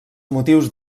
motius